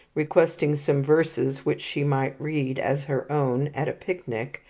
requesting some verses which she might read as her own at a picnic,